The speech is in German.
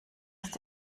ist